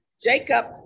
Jacob